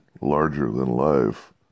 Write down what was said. larger-than-life